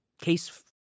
Case